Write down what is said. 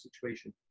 situation